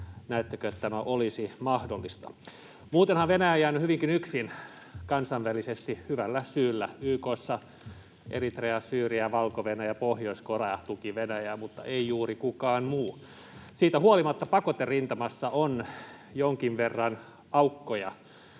näettekö, että tämä olisi mahdollista. Muutenhan Venäjä on jäänyt hyvinkin yksin kansainvälisesti, hyvällä syyllä. YK:ssa Eritrea, Syyria, Valko-Venäjä ja Pohjois-Korea tukivat Venäjää mutta ei juuri kukaan muu. Siitä huolimatta pakoterintamassa on jonkin verran aukkoja: